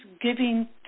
giving